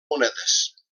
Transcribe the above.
monedes